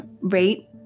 rate